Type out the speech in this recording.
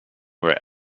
where